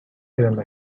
pyramids